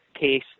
case